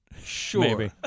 Sure